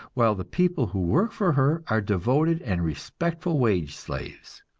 while the people who work for her are devoted and respectful wage slaves.